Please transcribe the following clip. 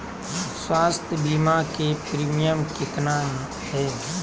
स्वास्थ बीमा के प्रिमियम कितना है?